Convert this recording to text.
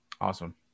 Awesome